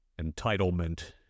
entitlement